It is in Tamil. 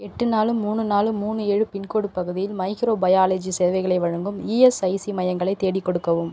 எட்டு நாலு மூணு நாலு மூணு ஏழு பின்கோடு பகுதியில் மைக்ரோபயாலஜி சேவைகளை வழங்கும் இஎஸ்ஐசி மையங்களை தேடிக் கொடுக்கவும்